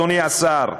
אדוני השר,